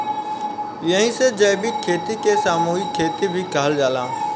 एही से जैविक खेती के सामूहिक खेती भी कहल जाला